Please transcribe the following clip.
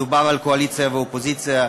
מדובר על קואליציה ואופוזיציה,